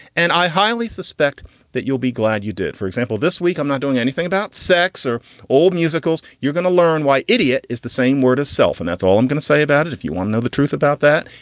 and i highly suspect that you'll be glad you did. for example, this week, i'm not doing anything about sex or old musicals. you're going to learn why idiot is the same word itself. and that's all i'm gonna say about it. if you wanna know the truth about that.